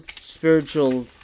spiritual